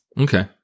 okay